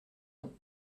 non